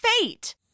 fate